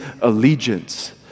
allegiance